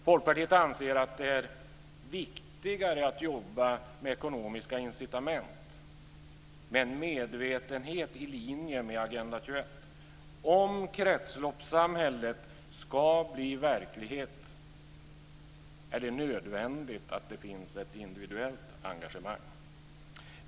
Folkpartiet anser att det är viktigare att jobba med ekonomiska incitament med en medvetenhet i linje med Agenda 21. Om kretsloppssamhället ska bli verklighet är det nödvändigt att det finns ett individuellt engagemang.